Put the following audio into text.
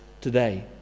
today